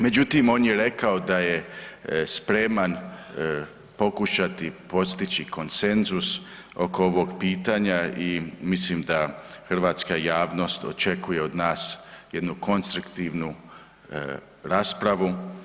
Međutim, on je rekao da je spreman pokušati postići konsenzus oko ovog pitanja i mislim da hrvatska javnost očekuje od nas jednu konstruktivnu raspravu.